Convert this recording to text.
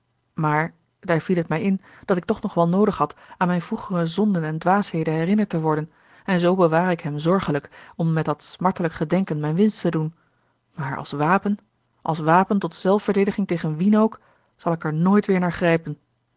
maar daar viel het mij in dat ik toch nog wel noodig had aan mijne vroegere zonden en dwaasheden herinnerd te worden en zoo bewaar ik hem zorgelijk om met dat smartelijk gedenken mijne winst te doen maar als wapen als wapen tot zelfverdediging tegen wien ook zal ik er nooit weêr naar grijpen